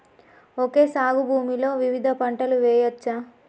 Okay సాగు భూమిలో వివిధ పంటలు వెయ్యచ్చా?